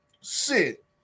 Sit